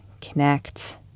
connect